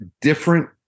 different